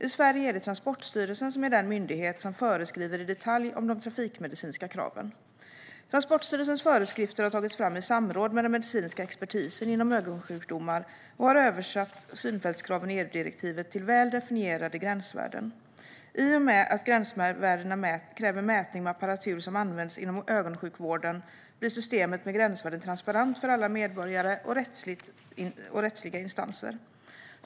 I Sverige är Transportstyrelsen den myndighet som i detalj föreskriver de trafikmedicinska kraven. Transportstyrelsens föreskrifter har tagits fram i samråd med den medicinska expertisen inom ögonsjukdomar och har översatt synfältskraven i EU-direktivet till väl definierade gränsvärden. I och med att gränsvärdena kräver mätning med apparatur som används inom ögonsjukvården blir systemet med gränsvärden transparent för alla medborgare och rättsliga instanser.